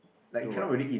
to what